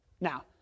Now